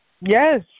Yes